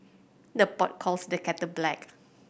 the pot calls the kettle black